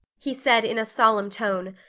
he said in a solemn tone,